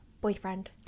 boyfriend